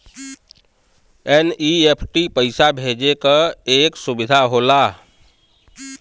NEFT पइसा भेजे क एक सुविधा होला